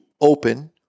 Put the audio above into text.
open